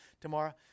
tomorrow